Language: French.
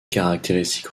caractéristiques